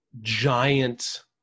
giant